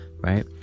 right